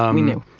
um we knew.